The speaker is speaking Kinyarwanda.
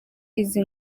izi